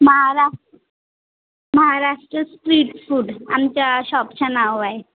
महारा Maharashtra street food आमच्या शॉपचं नाव आहे